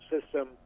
system